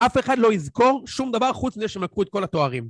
אף אחד לא יזכור שום דבר חוץ מזה שהם לקחו את כל התארים